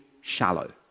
shallow